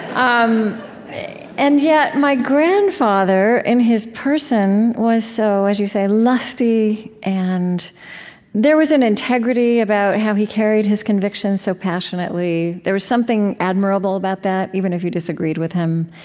um and yet, my grandfather, in his person, was so, as you say, lusty, and there was an integrity about how he carried his convictions so passionately. there was something admirable about that, even if you disagreed with him.